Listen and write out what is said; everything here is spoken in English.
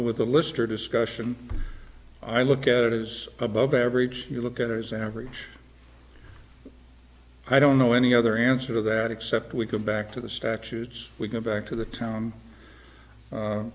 with a lister discussion i look at it as above average you look at it as average i don't know any other answer to that except we go back to the statutes we go back to the town